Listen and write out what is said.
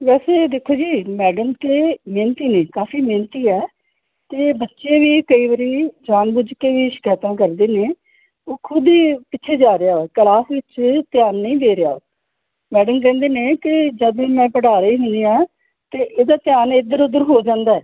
ਵੈਸੇ ਦੇਖੋ ਜੀ ਮੈਡਮ ਤਾਂ ਮਿਹਨਤੀ ਨੇ ਕਾਫੀ ਮਿਹਨਤੀ ਹੈ ਅਤੇ ਬੱਚੇ ਵੀ ਕਈ ਵਾਰੀ ਜਾਣ ਬੁੱਝ ਕੇ ਵੀ ਸ਼ਿਕਾਇਤਾਂ ਕਰਦੇ ਨੇ ਉਹ ਖੁਦ ਪਿੱਛੇ ਜਾ ਰਿਹਾ ਕਲਾਸ ਵਿੱਚ ਧਿਆਨ ਨਹੀਂ ਦੇ ਰਿਹਾ ਮੈਡਮ ਕਹਿੰਦੇ ਨੇ ਕਿ ਜਦੋਂ ਵੀ ਮੈਂ ਪੜ੍ਹਾ ਰਹੀ ਹੁੰਦੀ ਹਾਂ ਤਾਂ ਇਹਦਾ ਧਿਆਨ ਇੱਧਰ ਉੱਧਰ ਹੋ ਜਾਂਦਾ